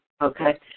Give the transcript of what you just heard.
okay